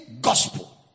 gospel